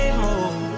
move